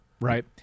right